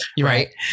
Right